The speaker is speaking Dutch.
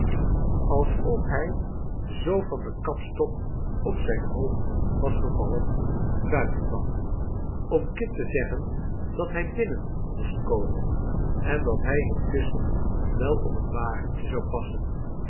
alsof hij zoo van den kapstok op zijn hoofd was gevallen buiten kwam om kit te zeggen dat hij binnen moest komen en dat hij intusschen wel op het wagentje zou passen